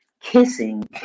kissing